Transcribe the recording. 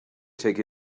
take